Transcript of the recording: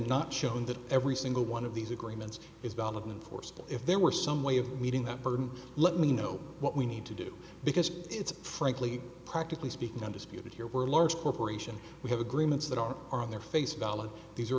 not shown that every single one of these agreements is valid and forceful if there were some way of meeting that burden let me know what we need to do because it's frankly practically speaking undisputed here we're large corporation we have agreements that are are on their face value these